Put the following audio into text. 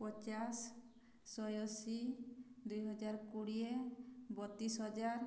ପଚାଶ ଶହେ ଅଶୀ ଦୁଇହଜାର କୁଡ଼ିଏ ବତିଶହଜାର